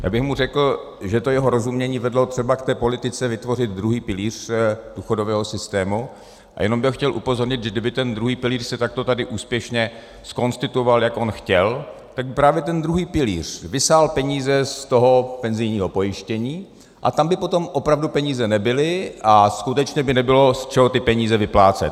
Já bych mu řekl, že to jeho rozumění vedlo třeba k té politice vytvořit druhý pilíř důchodového systému, a jenom bych chtěl upozornit, že kdyby se ten druhý pilíř takto tady úspěšně zkonstituoval, jak on chtěl, tak právě ten druhý pilíř vysál peníze z toho penzijního pojištění a tam by potom opravdu peníze nebyly a skutečně by nebylo z čeho ty peníze vyplácet.